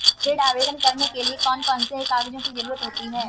ऋण आवेदन करने के लिए कौन कौन से कागजों की जरूरत होती है?